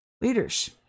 leaders